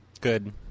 Good